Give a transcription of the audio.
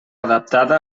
adaptada